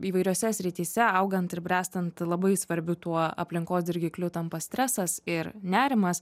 įvairiose srityse augant ir bręstant labai svarbiu tuo aplinkos dirgikliu tampa stresas ir nerimas